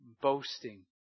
Boasting